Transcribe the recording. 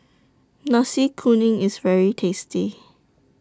Nasi Kuning IS very tasty